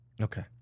Okay